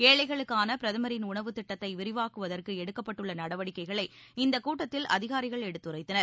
ஏழைகளுக்கானபிரதமின் உணவு திட்டத்தைவிரிவாக்குவதற்குஎடுக்கப்பட்டுள்ளநடவடிக்கைகளை இந்தக் கூட்டத்தில் அதிகாரிகள் எடுத்துரைத்தனர்